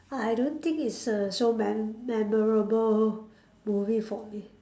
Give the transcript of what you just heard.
I don't think it's a so mem~ memorable movie for me